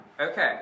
Okay